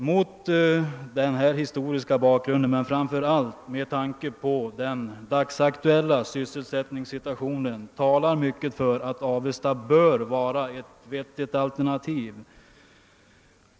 Mot denna historiska bakgrund men framför allt med tanke på den dagsaktuella —sysselsättningssituationen talar mycket för att Avesta bör vara ett vettigt alternativ.